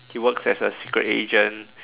he works as a secret agent